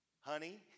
Honey